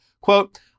Quote